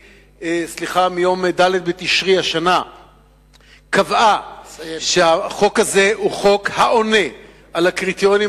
ביום ד' בתשרי השנה קבעה שהחוק הזה הוא חוק העונה על הקריטריונים